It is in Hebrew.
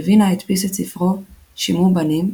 בווינה הדפיס את ספרו "שמעו בנים",